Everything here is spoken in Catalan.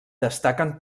destaquen